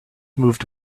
moved